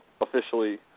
Officially